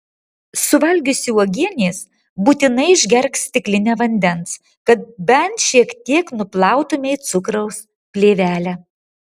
suvalgiusi uogienės būtinai išgerk stiklinę vandens kad bent šiek tiek nuplautumei cukraus plėvelę